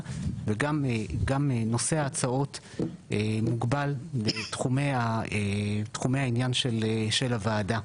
וגם נושא ההצעות מוגבל בתחומי העניין של הוועדה.